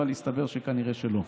אבל הסתבר שכנראה שלא,